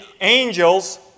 angels